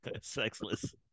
sexless